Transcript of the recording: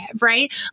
right